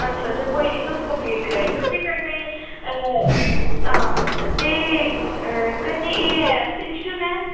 अच्छा अच्छा कोई निं तुस कप्लीट कराई ओड़ेओ ते कन्नै हां ते कन्नै एह् ऐ फ्रिक्शन ऐ